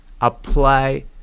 apply